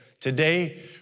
Today